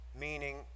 meaning